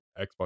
Xbox